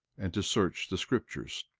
and to search the scriptures.